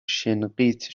شِنقیط